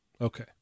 Okay